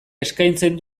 eskaintzen